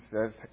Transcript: says